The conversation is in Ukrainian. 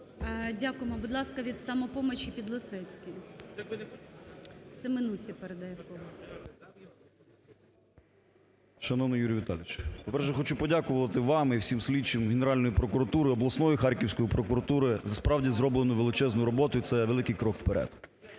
Будь ласка, від "Самопомочі" Підлісецький. Семенусі передає слово. 17:38:01 СЕМЕНУХА Р.С. Шановний Юрій Віталійович! По-перше, я хочу подякувати вам і всім слідчим Генеральної прокуратури, обласної Харківської прокуратури за справді зроблену величезну роботу, і це великий крок вперед.